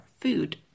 food